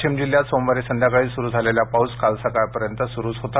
वाशिम जिल्ह्यात सोमवारी संध्याकाळी सुरू झालेला पाऊस काल सकाळपर्यंत सुरूच होता